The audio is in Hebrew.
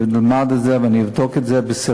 אני אלמד את זה ואבדוק את זה בסורוקה,